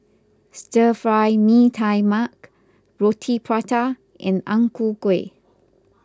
Stir Fry Mee Tai Mak Roti Prata and Ang Ku Kueh